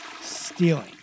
Stealing